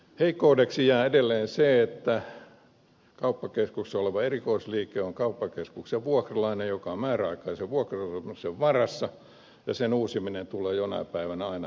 heikkoudeksi jää edelleen se että kauppakeskuksessa oleva erikoisliike on kauppakeskuksen vuokralainen joka on määräaikaisen vuokrasopimuksen varassa ja vuokrasopimuksen uusiminen tulee jonain päivänä aina käsille